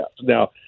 Now